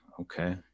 okay